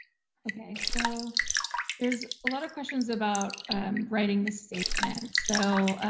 okay, so there's a lot of questions about writing the statement. so